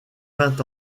vingt